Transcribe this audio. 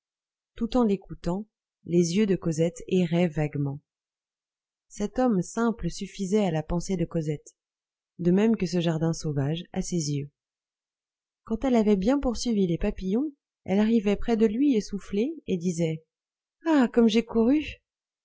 tout en l'écoutant les yeux de cosette erraient vaguement cet homme simple suffisait à la pensée de cosette de même que ce jardin sauvage à ses yeux quand elle avait bien poursuivi les papillons elle arrivait près de lui essoufflée et disait ah comme j'ai couru